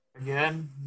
Again